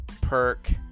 perk